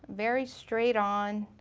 very straight on.